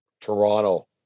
Toronto